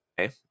okay